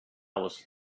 was